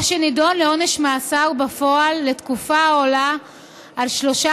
או שנידון לעונש מאסר בפועל לתקופה העולה על שלושה